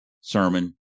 sermon